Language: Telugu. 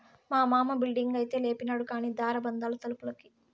మా మామ బిల్డింగైతే లేపినాడు కానీ దార బందాలు తలుపులకి